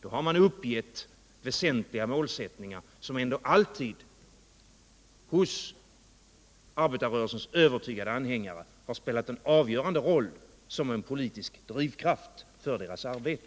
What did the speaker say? Då har den uppgett väsentliga målsättningar som ändå alltid hos arbetarrörelsens övertygade anhängare har spelat cn avgörande roll som en politisk drivkraft för deras arbete.